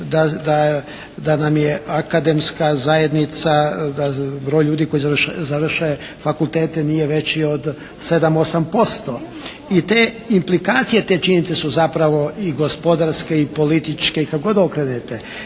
da nam je akademska zajednica, broj ljudi koji završe fakultete nije veći od sedam, osam posto. I te implikacije, te činjenice su zapravo i gospodarske i političke i kako god da okrenete.